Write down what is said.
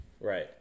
Right